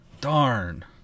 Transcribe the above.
Darn